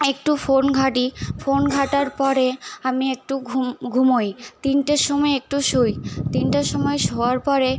একটু ফোন ঘাঁটি ফোন ঘাঁটার পরে আমি একটু ঘুমোই তিনটের সময় একটু শুই তিনটের সময় শোয়ার পরে